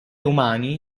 umani